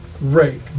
Right